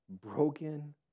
Broken